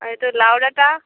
আরে তো লাউ ডাঁটা